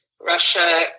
Russia